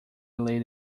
laid